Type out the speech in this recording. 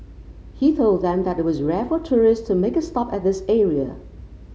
he told them that it was rare for tourists to make a stop at this area